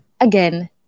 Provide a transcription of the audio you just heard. again